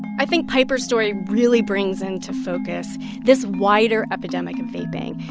i think piper's story really brings into focus this wider epidemic of vaping.